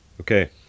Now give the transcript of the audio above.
Okay